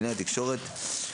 קלינאי תקשורת,